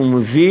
שמביא